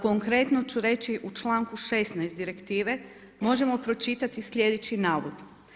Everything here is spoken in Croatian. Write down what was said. Konkretno ću reći u članku 16. direktive možemo pročitati sljedeći navod.